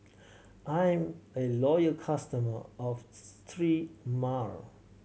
I am a loyal customer of Sterimar